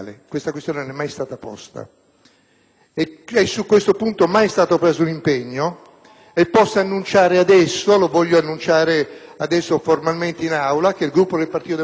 preso un impegno. E voglio annunciare adesso formalmente in Aula che il Gruppo del Partito Democratico si riserva, ogni qualvolta lo riterrà opportuno e necessario, di chiedere la verifica del numero legale.